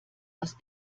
aus